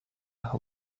who